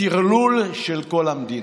טרלול של כל המדינה.